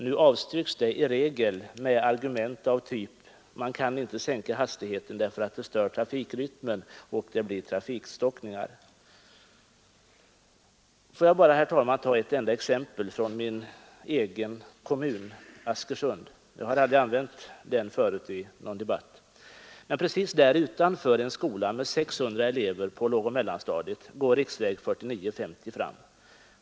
Nu avstyrks det i regel med argumenteringen att man kan inte sänka hastigheten för det stör trafikrytmen och det blir trafikstockningar. Får jag bara, herr talman, ta ett enda exempel från min egen kommun, Askersund. Jag har aldrig använt det exemplet förut i någon debatt. Precis utanför en skola med 600 elever på mellanstadiet går riksväg 49 fram.